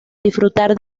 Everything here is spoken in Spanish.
disfrutar